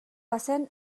bazen